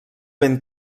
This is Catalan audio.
ben